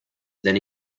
then